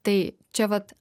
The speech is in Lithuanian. tai čia vat